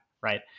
Right